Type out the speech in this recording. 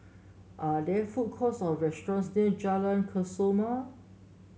are there food courts or restaurants near Jalan Kesoma